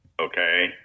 okay